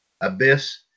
Abyss